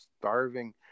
starving